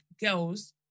girls